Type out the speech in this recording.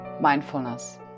mindfulness